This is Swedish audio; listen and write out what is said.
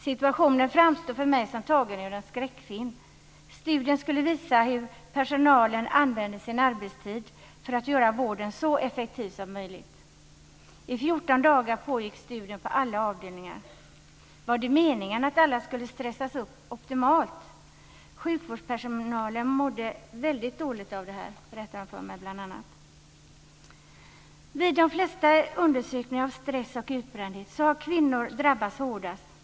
Situationen framstod för mig som tagen ur en skräckfilm. Studien skulle visa hur personalen använde sin arbetstid för att göra vården så effektiv som möjligt. I 14 dagar pågick studien på alla avdelningar. Var det meningen att alla skulle stressas optimalt? Sjukvårdspersonalen mådde väldigt dåligt av det här. Bl.a. detta berättade man för mig. Vid de flesta undersökningar av stress och utbrändhet visar det sig att kvinnor har drabbats hårdast.